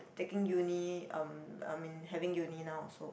taking uni um I mean having uni now also